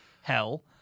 hell